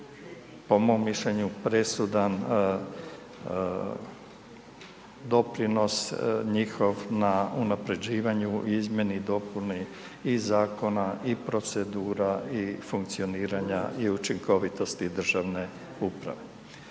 po mom mišljenju, presudan doprinos njihov na unaprjeđivanju, izmjeni i dopuni i zakona i procedura i funkcioniranja i učinkovitosti državne uprave.